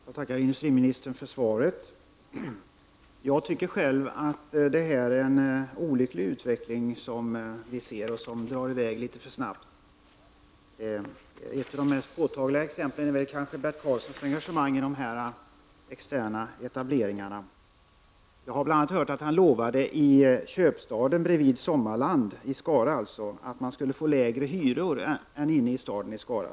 Herr talman! Jag tackar industriministern för svaret. Jag tycker själv att det är en olycklig utveckling som vi ser och som drar i väg litet för snabbt. Ett av de mest påtagliga exemplen är kanske Bert Karlssons engagemang i dessa externa etableringar. Jag har bl.a. hört att han lovat att man i köpstaden bredvid Sommarland i Skara skulle få lägre hyror än inne i staden.